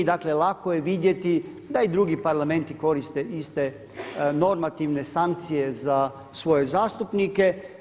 Dakle, lako je vidjeti da i drugi parlamenti koriste iste normativne sankcije za svoje zastupnike.